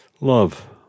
Love